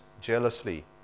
jealously